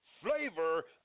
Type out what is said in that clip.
Flavor